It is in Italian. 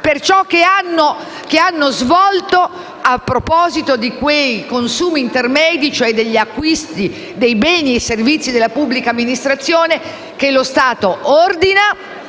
per ciò che hanno svolto a proposito di quei consumi intermedi, cioè degli acquisti dei beni e servizi della pubblica amministrazione che lo Stato ordina,